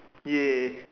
!yay!